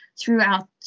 throughout